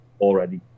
already